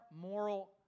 moral